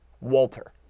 Walter